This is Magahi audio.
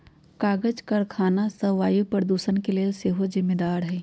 कागज करखना सभ वायु प्रदूषण के लेल सेहो जिम्मेदार हइ